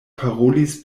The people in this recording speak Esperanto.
parolis